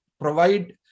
provide